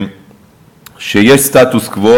שיש סטטוס-קוו,